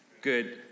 Good